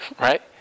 right